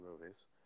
movies